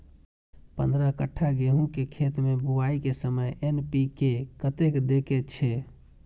पंद्रह कट्ठा गेहूं के खेत मे बुआई के समय एन.पी.के कतेक दे के छे?